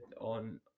on